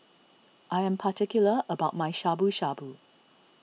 I am particular about my Shabu Shabu